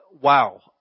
wow